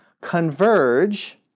converge